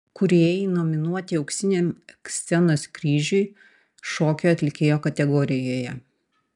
kūrėjai nominuoti auksiniam scenos kryžiui šokio atlikėjo kategorijoje